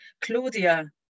Claudia